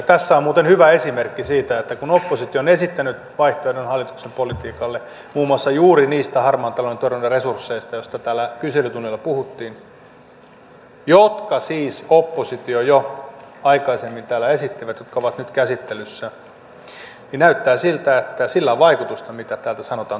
tässä on muuten hyvä esimerkki siitä että kun oppositio on esittänyt vaihtoehdon hallituksen politiikalle muun muassa juuri niistä harmaan talouden torjunnan resursseista joista täällä kyselytunnilla puhuttiin jotka siis oppositio jo aikaisemmin täällä esitti jotka ovat nyt käsittelyssä niin näyttää siltä että sillä on vaikutusta mitä täältä sanotaan